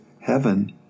heaven